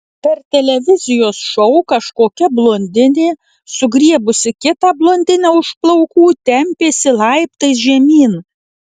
per televizijos šou kažkokia blondinė sugriebusi kitą blondinę už plaukų tempėsi laiptais žemyn